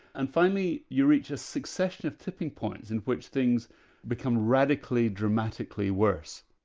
and finally you reach a succession of tipping points in which things become radically, dramatically worse.